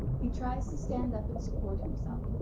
he tries to stand up and support himself,